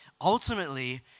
Ultimately